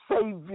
Savior